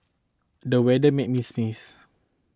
the weather made me sneeze